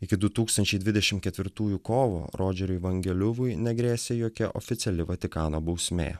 iki du tūkstančiai dvidešim ketvirtųjų kovo rodžeriui vangeliuvui negrėsė jokia oficiali vatikano bausmė